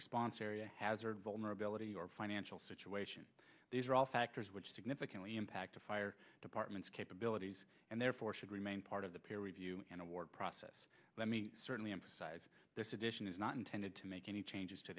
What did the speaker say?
response area hazard vulnerability or financial situation these are all factors which significantly impact a fire department's capabilities and therefore should remain part of the peer review and award process let me certainly emphasize this addition is not intended to make any changes to